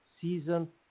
season